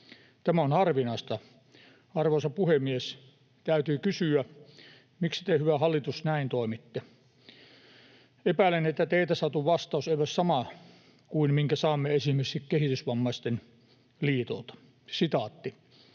Tämä on harvinaista. Arvoisa puhemies! Täytyy kysyä, miksi te, hyvä hallitus, näin toimitte. Epäilen, että teiltä saatu vastaus ei ole sama kuin minkä saamme esimerkiksi kehitysvammaisten liitolta: